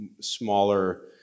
smaller